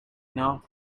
now